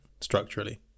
structurally